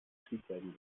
triebwerken